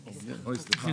זה עודפים.